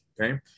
Okay